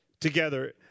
together